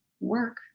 work